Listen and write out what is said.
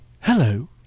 hello